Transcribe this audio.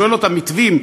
שואל אותם "מתווים",